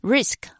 Risk